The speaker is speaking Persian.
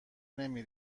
نمی